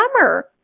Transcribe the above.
summer